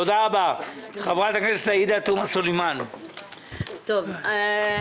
כבוד